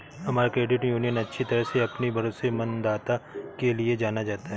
हमारा credit union अच्छी तरह से अपनी भरोसेमंदता के लिए जाना जाता है